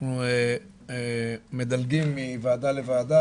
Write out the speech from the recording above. אנחנו מדלגים מוועדה לוועדה,